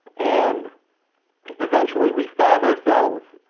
and eventually, we found ourselves,